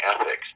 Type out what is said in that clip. ethics